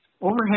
overhead